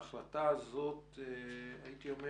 ההחלטה הזו היא חריגה,